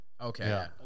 Okay